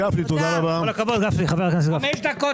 הישיבה